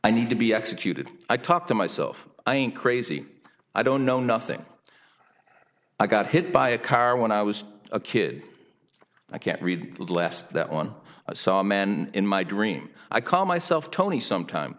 i need to be executed i talk to myself i ain't crazy i don't know nothing i got hit by a car when i was a kid i can't read less that one i saw a man in my dream i call myself tony sometime